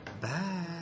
bye